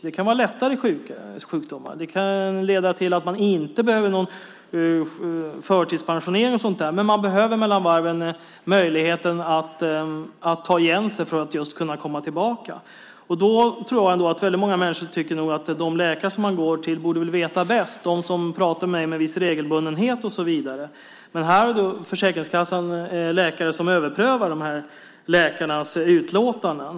Det kan vara lättare sjukdomar, som inte leder till att man behöver förtidspensioneras, men man kan mellan varven behöva möjlighet att ta igen sig för att just kunna komma tillbaka. Många människor tycker nog att de läkare som de går till borde veta bäst, som pratar med dem med viss regelbundenhet och så vidare. Men här har Försäkringskassan läkare som överprövar dessa läkares utlåtanden.